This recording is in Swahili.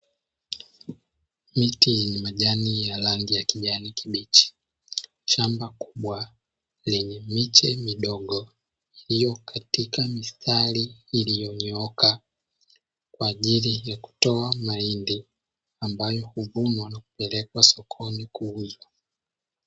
Miti yenye majani ya rangi ya kijani kibichi, shamba kubwa lenye miche midogo iliyo katika mistari iliyonyooka, kwa ajili ya kutoa mahindi ambayo huvunwa na kupelekwa sokoni kuuzwa.